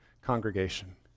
congregation